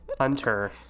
Hunter